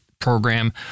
program